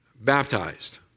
baptized